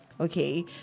Okay